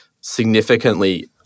significantly